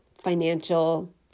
Financial